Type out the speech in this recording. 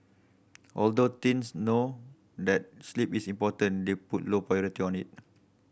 although teens know that sleep is important they put low priority on it